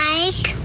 Mike